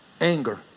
Anger